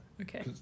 Okay